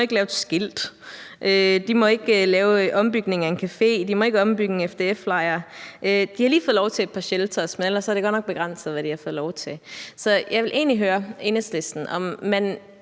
de må ikke lave et skilt, de må ikke lave en ombygning af en café, og de må ikke ombygge en FDF-lejr. De har lige fået lov til at bygge et par shelters, men ellers er det godt nok begrænset, hvad de har fået lov til. Så jeg vil egentlig høre Enhedslisten, om